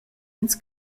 ins